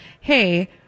hey